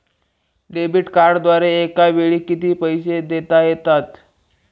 Debit कार्डद्वारे एकावेळी किती पैसे देता येतात?